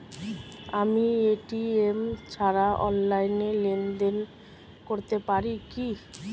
আমি এ.টি.এম ছাড়া অনলাইনে লেনদেন করতে পারি কি?